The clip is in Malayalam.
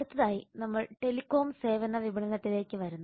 അടുത്തതായി നമ്മൾ ടെലികോം സേവന വിപണനത്തിലേക്ക് വരുന്നു